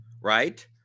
right